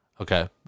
Okay